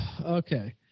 Okay